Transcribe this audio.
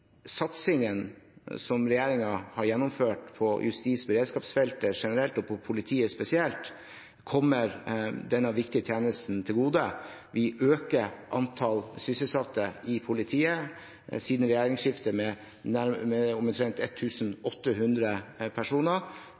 som regjeringen har gjennomført på justis- og beredskapsfeltet generelt, og på politiet spesielt, kommer denne viktige tjenesten til gode. Vi har økt antall sysselsatte i politiet siden regjeringsskiftet med